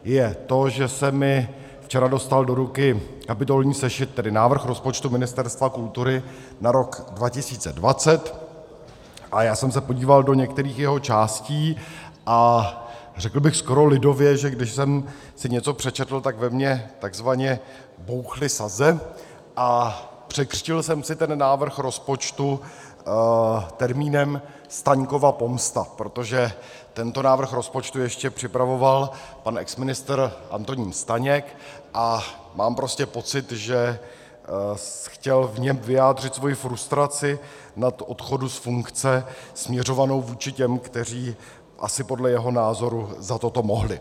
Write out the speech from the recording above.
Je to to, že se mi včera dostal do ruky kapitolní sešit, tedy návrh rozpočtu Ministerstva kultury na rok 2020, a já jsem se podíval do některých jeho částí a řekl bych skoro lidově, že když jsem si něco přečetl, tak ve mně takzvaně bouchly saze a překřtil jsem si ten návrh rozpočtu termínem Staňkova pomsta, protože tento návrh rozpočtu ještě připravoval pan exministr Antonín Staněk, a mám prostě pocit, že chtěl v něm vyjádřit svoji frustraci nad odchodem z funkce směřovanou vůči těm, kteří asi podle jeho názoru za toto mohli.